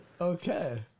Okay